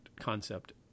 concept